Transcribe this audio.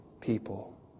people